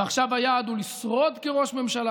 ועכשיו היעד הוא לשרוד כראש ממשלה